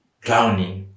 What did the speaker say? drowning